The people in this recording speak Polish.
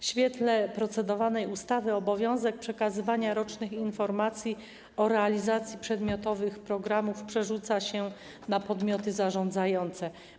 W świetle procedowanej ustawy obowiązek przekazywania rocznych informacji o realizacji przedmiotowych programów przerzuca się na podmioty zarządzające.